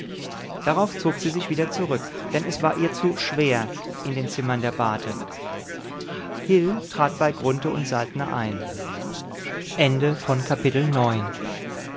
darauf zog sie sich wieder zurück denn es war ihr zu schwer in den zimmern der bate hil trat bei grunthe und saltner ein